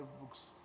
books